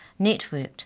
networked